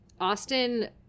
Austin